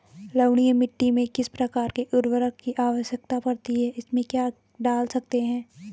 लवणीय मिट्टी में किस प्रकार के उर्वरक की आवश्यकता पड़ती है इसमें क्या डाल सकते हैं?